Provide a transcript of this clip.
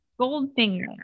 Goldfinger